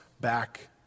back